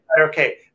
okay